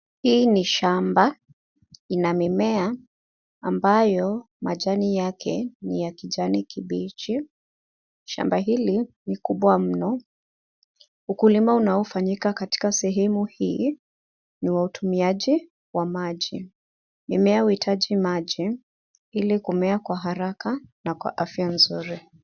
Hii ni shamba inamimea ambayo majani yake ni ya kijani kibichi. Shamba hili ni kubwa mno. Ukulima unaofanyika katika sehemu hii, niwautumiaji wa maji, mimea huhitaji maji ili kumea kwa haraka na kwa afya nzuri.